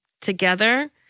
together